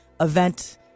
event